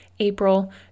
April